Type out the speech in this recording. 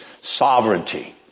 sovereignty